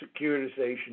securitization